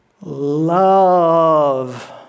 love